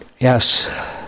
Yes